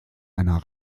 einer